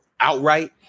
outright